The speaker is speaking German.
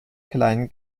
kleinen